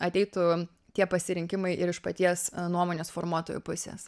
ateitų tie pasirinkimai ir iš paties nuomonės formuotojo pusės